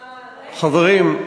חברים,